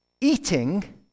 eating